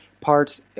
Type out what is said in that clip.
Parts